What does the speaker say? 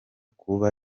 kuba